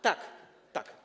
Tak. Tak.